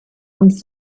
und